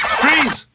freeze